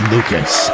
Lucas